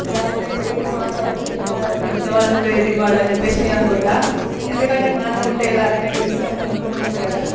ఎలా అంటే నేను మా అన్న ఒకటే టీం ఆడాలి మిగతా వాళ్ళు అందరు వేరే టీం చెప్పి నేను అనుకుంటాను ఎందుకంటే మా అన్న ఉంటే ఎలాగైనా గెలుస్తామని నమ్మకం ఉంటుంది కదా